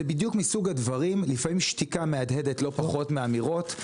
זה בדיוק מסוג הדברים לפעמים שתיקה מהדהדת לא פחות מאמירות.